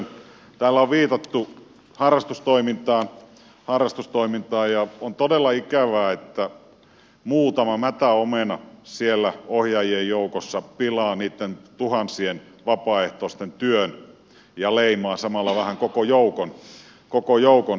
täällä on viitattu harrastustoimintaan ja on todella ikävää että muutama mätä omena siellä ohjaajien joukossa pilaa niitten tuhansien vapaaehtoisten työn ja leimaa samalla vähän koko joukon